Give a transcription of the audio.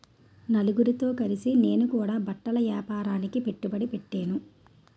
నలుగురితో కలిసి నేను కూడా బట్టల ఏపారానికి పెట్టుబడి పెట్టేను